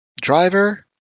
driver